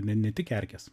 ne ne tik erkės